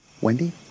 Wendy